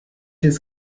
his